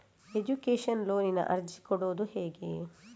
Education ಲೋನಿಗೆ ಅರ್ಜಿ ಕೊಡೂದು ಹೇಗೆ?